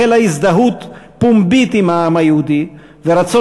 החלו הזדהות פומבית עם העם היהודי ורצון